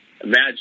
Imagine